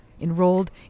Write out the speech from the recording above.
enrolled